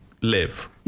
live